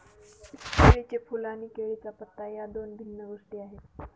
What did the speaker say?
केळीचे फूल आणि केळीचा पत्ता या दोन भिन्न गोष्टी आहेत